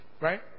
Right